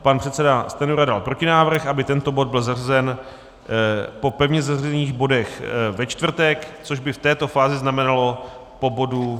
Pan předseda Stanjura dal protinávrh, aby tento bod byl zařazen po pevně zařazených bodech ve čtvrtek, což by v této fázi znamenalo po bodu...